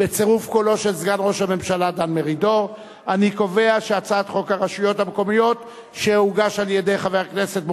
להסיר מסדר-היום את הצעת חוק הרשויות המקומיות (פטור חיילים,